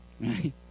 right